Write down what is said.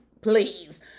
please